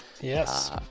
Yes